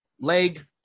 leg